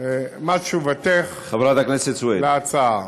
מה תשובתך להצעה?